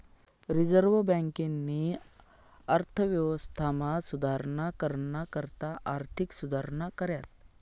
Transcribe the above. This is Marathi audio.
रिझर्व्ह बँकेनी अर्थव्यवस्थामा सुधारणा कराना करता आर्थिक सुधारणा कऱ्यात